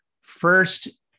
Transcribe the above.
first